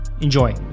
Enjoy